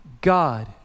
God